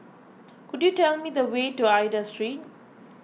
could you tell me the way to Aida Street